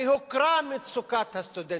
הרי הוכרה מצוקת הסטודנטים,